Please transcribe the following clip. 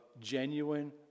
genuine